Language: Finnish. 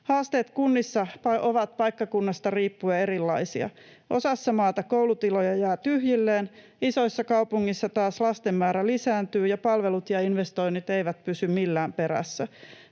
Haasteet kunnissa ovat paikkakunnasta riippuen erilaisia. Osassa maata koulutiloja jää tyhjilleen, isoissa kaupungeissa taas lasten määrä lisääntyy ja palvelut ja investoinnit eivät pysy millään perässä.